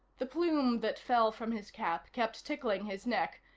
the plume that fell from his cap kept tickling his neck,